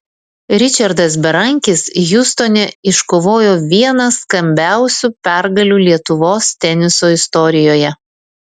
ričardas berankis hjustone iškovojo vieną skambiausių pergalių lietuvos teniso istorijoje